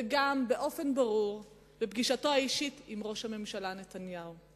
וגם באופן ברור בפגישתו האישית עם ראש הממשלה נתניהו.